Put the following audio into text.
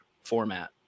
format